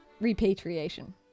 repatriation